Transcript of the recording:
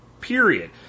period